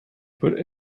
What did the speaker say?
put